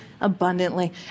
abundantly